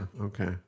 Okay